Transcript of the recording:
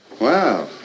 Wow